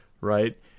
right